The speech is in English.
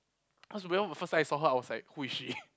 cause remember the first time I saw her I was like who is she